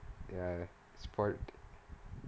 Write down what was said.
ya spoilt